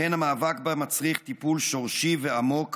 לכן המאבק בה מצריך טיפול שורשי ועמוק